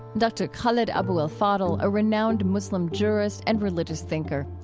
dr. khaled abou el fadl, a renowned muslim jurist and religious thinker.